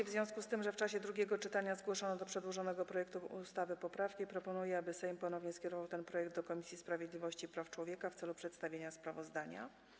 W związku z tym, że w czasie drugiego czytania zgłoszono do przedłożonego projektu ustawy poprawki, proponuję, aby Sejm ponownie skierował ten projekt do Komisji Sprawiedliwości i Praw Człowieka w celu przedstawienia sprawozdania.